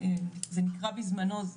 זה נקרא בזמנו,